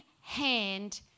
hand